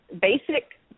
basic